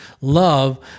love